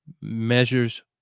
measures